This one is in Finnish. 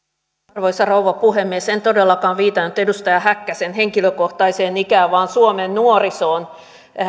arvoisa rouva puhemies en todellakaan viitannut edustaja häkkäsen henkilökohtaiseen ikään vaan suomen nuorisoon